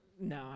No